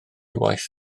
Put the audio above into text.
waith